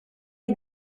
him